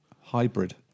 Hybrid